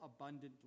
abundantly